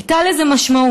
הייתה לזה משמעות,